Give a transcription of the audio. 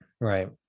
Right